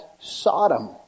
Sodom